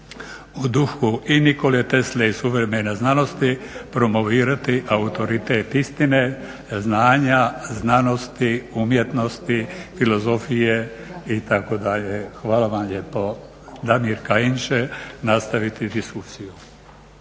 u duhu i Nikole Tesle i suvremene znanosti promovirati autoritet istine, znanja, znanosti, umjetnosti, filozofije itd. Hvala vam lijepo. Damir Kajin će nastaviti diskusiju.